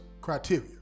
criteria